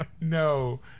No